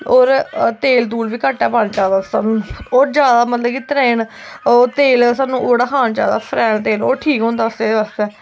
होर तेल तूल बी घट्ट गै पाना चाहिदा होर ज्यादा मतलब कि तेल तेन सानू ओह्कड़ा खाना चाहिदा रफैन तेल ओह् ठीक होंदा सेह्त आस्तै